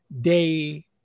day